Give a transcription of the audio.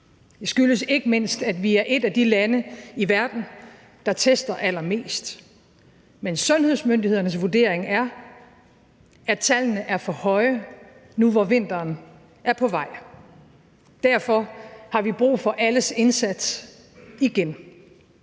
Det skyldes ikke mindst, at vi er et af de lande i verden, der tester allermest. Men sundhedsmyndighedernes vurdering er, at tallene er for høje nu, hvor vinteren er på vej. Derfor har vi brug for alles indsats igen.